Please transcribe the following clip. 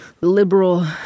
liberal